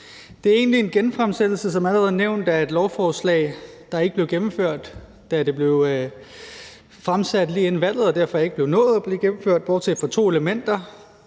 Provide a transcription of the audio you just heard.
Det er egentlig, som allerede nævnt, en genfremsættelse af et lovforslag, der ikke blev gennemført, da det blev fremsat lige inden valget og derfor ikke nåede at blive gennemført, bortset fra to elementer,